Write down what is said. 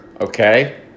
Okay